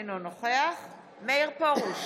אינו נוכח מאיר פרוש,